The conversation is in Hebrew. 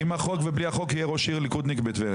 עם החוק ובלי החוק יהיה ראש עיר ליכודניק בטבריה.